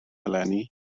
eleni